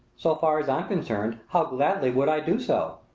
so far as i'm concerned, how gladly would i do so!